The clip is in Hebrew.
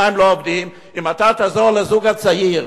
אם אתה תעזור לזוג הצעיר,